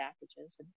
packages